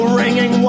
ringing